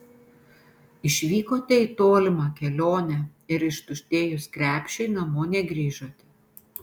išvykote į tolimą kelionę ir ištuštėjus krepšiui namo negrįžote